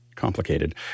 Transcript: Complicated